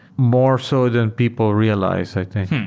more so than people realize, i think.